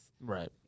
right